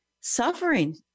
suffering